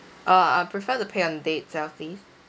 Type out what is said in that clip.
uh I'd prefer to pay on the day itself please